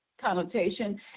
connotation